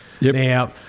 Now